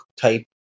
type